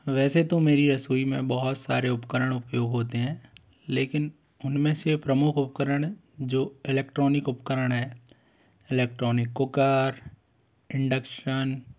वैसे तो मेरी रसोई में बहुत सारे उपकरण उपयोग होते हैं लेकिन उन में से प्रमुख उपकरण जो इलेक्ट्रॉनिक उपकरण हैं इलेक्ट्रॉनिक कुकर इंडक्शन